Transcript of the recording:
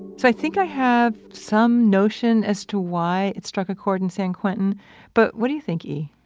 so i think i have some notion as to why it struck a chord in san quentin but what do you think, e?